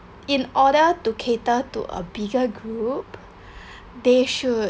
in order to cater to a bigger group they should